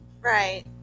Right